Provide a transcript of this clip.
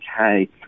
okay